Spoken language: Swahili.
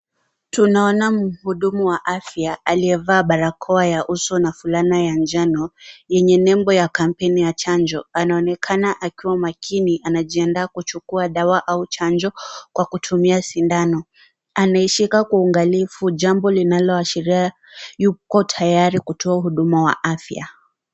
Tunaona mhudumu wa afya, aliyevaa barakoa ya uso na fulana ya njano, yenye nembo ya kampaini ya chanjo. Anaoneka akiwa makini. Anajiandaa kuchukua dawa au chanjo kwa kutumia sindano. Anaishika kwa uangalifu, jambo linaloashiria yuko tayari kutoa huduma wa afya.